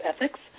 ethics